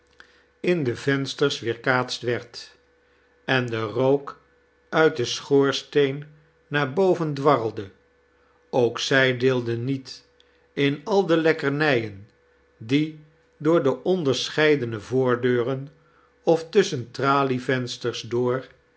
in de vensters weerkaatst werd en de rook uit den schoorsteen naar boven dwarrelde ook zij deelden niet in al de lekkernijen die door de onderscheidene voordeurem of tussohen tralievensters door